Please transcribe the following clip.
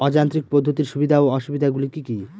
অযান্ত্রিক পদ্ধতির সুবিধা ও অসুবিধা গুলি কি কি?